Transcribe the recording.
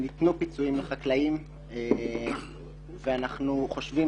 ניתנו פיצויים לחקלאים ואנחנו חושבים,